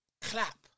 clap